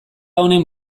honen